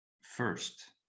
first